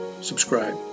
subscribe